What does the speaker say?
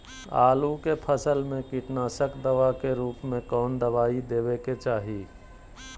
आलू के फसल में कीटनाशक दवा के रूप में कौन दवाई देवे के चाहि?